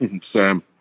Sam